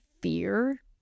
fear